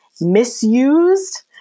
misused